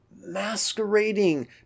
masquerading